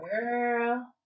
Girl